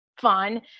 Fun